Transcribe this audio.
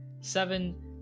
seven